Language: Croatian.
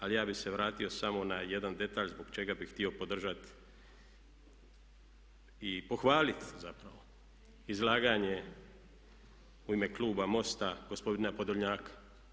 Ali ja bih se vratio samo na jedan detalj zbog čega bih htio podržati i pohvaliti zapravo izlaganje u ime kluba MOST-a gospodina Podolnjaka.